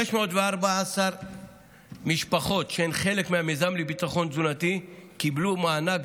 514 משפחות שהן חלק מהמיזם לביטחון תזונתי קיבלו מענק